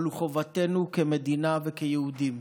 אבל הוא חובתנו כמדינה וכיהודים,